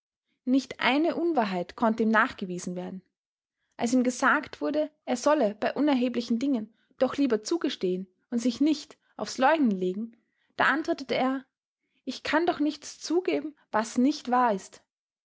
nicht eine unwahrheit konnte ihm nachgewiesen werden als ihm gesagt wurde er solle bei unerheblichen dingen doch lieber zugestehen und sich nicht aufs leugnen legen da antwortete er ich kann doch nichts zugeben was nicht wahr ist